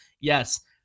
yes